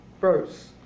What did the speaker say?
verse